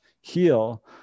heal